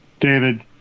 David